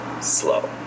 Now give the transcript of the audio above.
slow